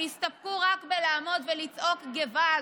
שהסתפקו רק בלעמוד ולצעוק געוואלד,